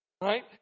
Right